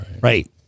right